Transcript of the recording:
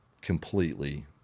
completely